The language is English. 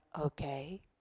okay